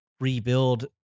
Rebuild